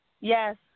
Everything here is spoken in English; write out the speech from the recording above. Yes